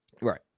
Right